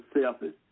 selfish